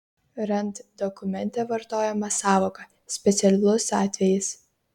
rand dokumente vartojama sąvoka specialus atvejis